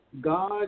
God